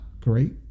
great